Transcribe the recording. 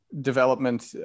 development